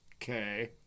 okay